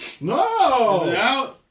No